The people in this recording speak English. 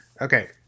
okay